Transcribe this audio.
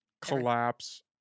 collapse